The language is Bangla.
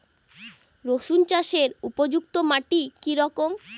রুসুন চাষের উপযুক্ত মাটি কি রকম?